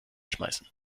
schmeißen